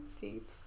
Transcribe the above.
deep